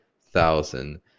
thousand